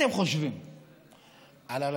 אני לא יודע,